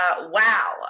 Wow